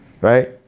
right